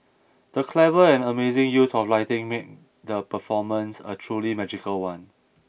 the clever and amazing use of lighting made the performance a truly magical one